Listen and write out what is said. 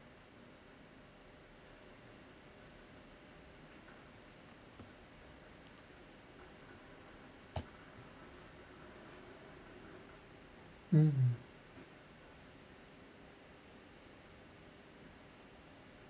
mm